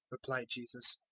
replied jesus,